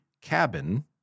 cabin